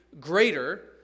greater